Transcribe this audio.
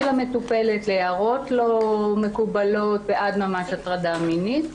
למטופלת להערות לא מקובלות ועד ממש הטרדה מינית.